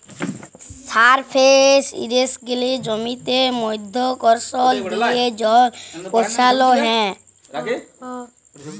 surface ইরিগেসলে জমিতে মধ্যাকরসল দিয়ে জল পৌঁছাল হ্যয়